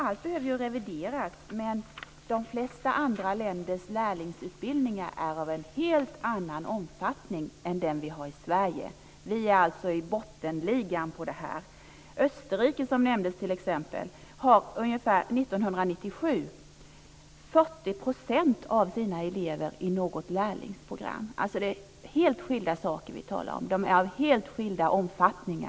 Allt behöver ju revideras, men de flesta andra länders lärlingsutbildningar är av en helt annan omfattning än den som vi har i Sverige. Vi ligger alltså i bottenligan. Österrike, t.ex. hade 1997 ca 40 % av sina elever i något lärlingsprogram. Vi talar alltså om helt skilda saker av helt olika omfattning.